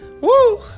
Woo